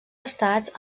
estats